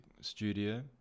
studio